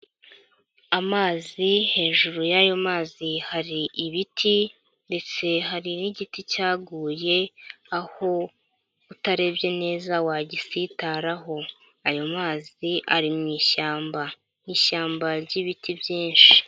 Amazi hejuru y'ayo mazi hari ibiti ndetse hari n'igiti cyaguye aho utarebye neza wagisitaraho, ayo mazi ari mu ishyamba, ishyamba ry'ibiti byinshi.